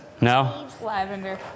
no